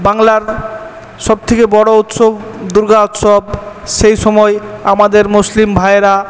বাংলার সব থেকে বড়ো উৎসব দুর্গা উৎসব সেই সময় আমাদের মুসলিম ভাইয়েরা